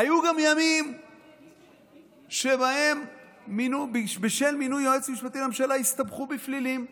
היו גם ימים שבהם בשל מינוי יועץ משפטי לממשלה הסתבכו בפלילים.